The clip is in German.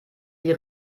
die